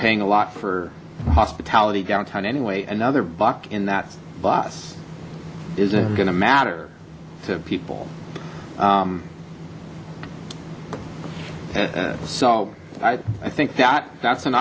paying a lot for hospitality downtown anyway another buck in that bus isn't going to matter to people so i i think that that's an